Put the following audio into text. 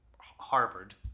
Harvard